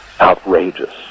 outrageous